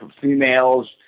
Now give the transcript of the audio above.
females